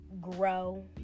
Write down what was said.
grow